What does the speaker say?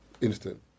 instant